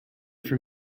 for